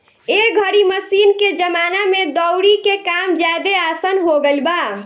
एह घरी मशीन के जमाना में दउरी के काम ज्यादे आसन हो गईल बा